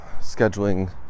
scheduling